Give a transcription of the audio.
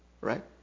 Right